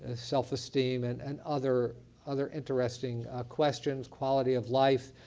ah self-esteem and and other other interesting questions, quality of life.